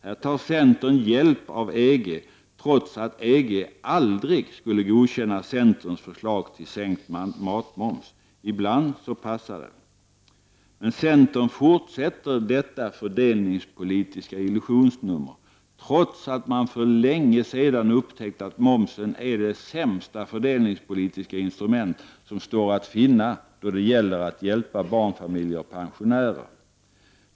Här tar centern hjälp av EG, trots att EG aldrig skulle godkänna centerns förslag till sänkt matmoms. Ibland passar det. Centern fortsätter sitt fördelningspolitiska illusionsnummer, trots att man för länge sedan upptäckt att momsen är det sämsta fördelningspolitiska instrument som står att finna då det gäller att hjälpa barnfamiljer och pensionärer.